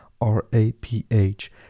R-A-P-H